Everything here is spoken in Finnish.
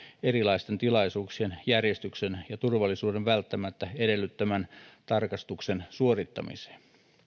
erilaisten tilaisuuksien järjestyksen ja turvallisuuden välttämättä edellyttämän tarkastuksen suorittamiseen